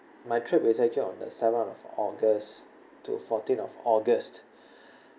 my trip is actually on the seventh of august to fourteen of august